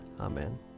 Amen